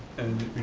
and